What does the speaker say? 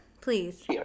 please